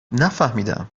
نفهمیدم